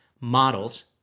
models